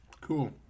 Cool